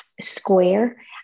square